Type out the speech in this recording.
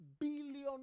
billion